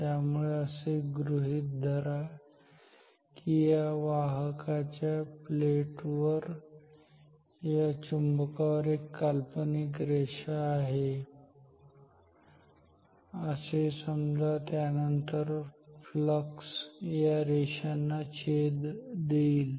त्यामुळे असे गृहीत धरा की या वाहकाच्या प्लेट वर या चुंबकावर एक काल्पनिक रेषा आहे असे समजा त्यानंतर फ्लक्स या रेषांना छेद देईल